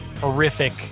horrific